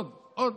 עוד, עוד.